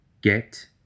Get